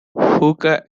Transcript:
hooker